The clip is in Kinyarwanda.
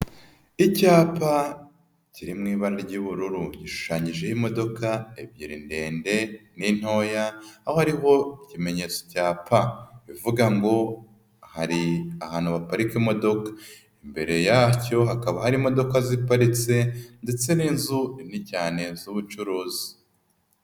Icyapa kiri mu ibara ry'ubururu gishushanyijeho imodoka ebyiri ndende ni ntoya. Aho hariho ikimenyetso cya Pa. Bivuga ngo hari ahantu baparika imodoka. Imbere yacyo hakaba hari imodoka ziparitse ndetse n'inzu nini cyane z'ubucuruzi.